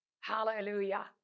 Hallelujah